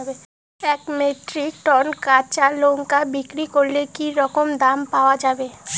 এক metric ton কাঁচা লঙ্কা বিক্রি করলে কি রকম দাম পাওয়া যাবে?